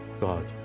God